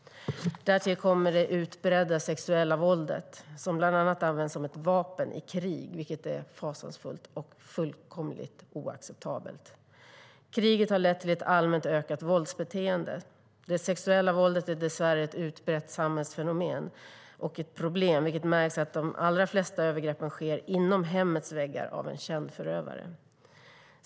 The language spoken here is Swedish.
Därtill kommer det utbredda sexuella våldet, som bland annat används som ett vapen i krig, vilket är fasansfullt och fullkomligt oacceptabelt. Kriget har lett till ett allmänt ökat våldsbeteende. Det sexuella våldet är dessvärre ett utbrett samhällsfenomen och ett problem, vilket märks av att de allra flesta övergreppen sker inom hemmets väggar av en känd förövare.